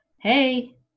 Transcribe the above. hey